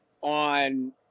on